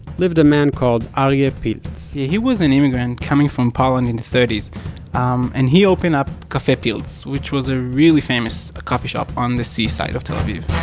lived a man called aryeh pilz. yeah he was an immigrant coming from poland in the thirty s um and he opened up cafe pilz which was a really famous coffee shop on the seaside of tel aviv